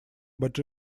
but